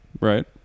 Right